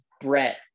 Brett